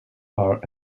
are